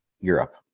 Europe